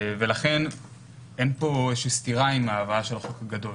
לכן אין כאן איזושהי סתירה עם הבאת החוק הגדול.